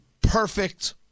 perfect